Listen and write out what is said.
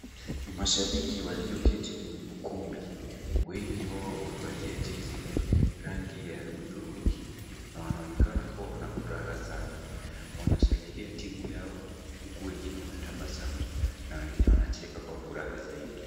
Ni mashabiki walioketi kwenye ukumbi. Wengi wao wamevalia jezi la rangi ya hudhurungi na wanaonekana kuwa wana furaha sana. Wanashangilia timu yao huku wengine wanatabasamu na wengine wanacheka kwa furaha zaidi.